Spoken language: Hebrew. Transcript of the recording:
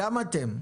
גם אתם.